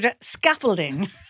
Scaffolding